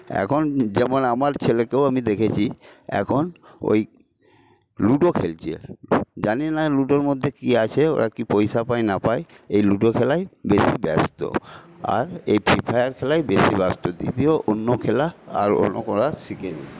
এখন যেমন আমার ছেলেকেও আমি দেখেছি এখন ওই লুডো খেলছে জানি না লুডোর মধ্যে কী আছে ওরা কি পয়সা পায় না পায় এই লুডো খেলায় বেশি ব্যস্ত আর এই ফ্রি ফায়ার খেলায় বেশি ব্যস্ত দ্বিতীয় অন্য খেলা আর অন্য ওরা শেখেনি